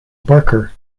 barker